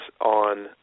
on